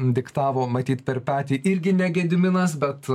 diktavo matyt per petį irgi ne gediminas bet